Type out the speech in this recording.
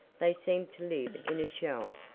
they seem to live in a shell,